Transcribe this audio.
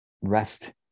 rest